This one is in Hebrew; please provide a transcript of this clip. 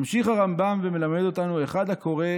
ממשיך הרמב"ם ומלמד אותנו: "אחד הקורא